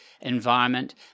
environment